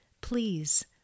Please